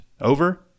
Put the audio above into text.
over